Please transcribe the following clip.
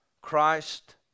Christ